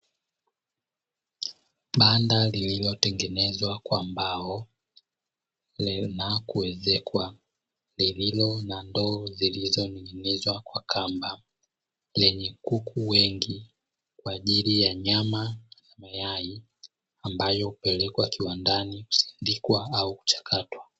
Banda lililo tengenezwa kwa mbao na kuezekwa, lililo na ndoo zilizo ning'inizwa kwa kamba lenye kuku wengi kwa ajili ya nyama na mayai, ambayo huepelekwa kiwandani kusindikwa au kuchakatwa.